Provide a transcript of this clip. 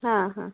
हां हां